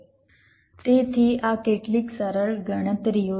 તેથી આ કેટલીક સરળ ગણતરીઓ છે